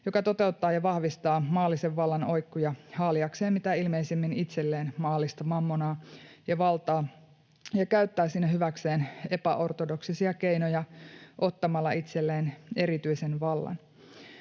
joka toteuttaa ja vahvistaa maallisen vallan oikkuja haaliakseen mitä ilmeisimmin itselleen maallista mammonaa ja valtaa ja käyttää siinä hyväkseen epäortodoksisia keinoja ottamalla itselleen erityisen vallan?